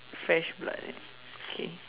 fresh blood eh okay